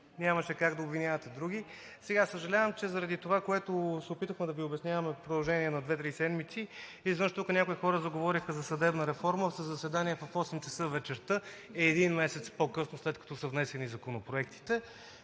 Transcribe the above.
нямаше как да обвинявате други. Съжалявам, че заради това, което се опитвахме да Ви обясняваме в продължение на две-три седмици, изведнъж тук някои хора заговориха за съдебна реформа в заседание в 8,00 ч. вечерта и един месец по-късно, след като са внесени законопроектите.